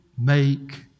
make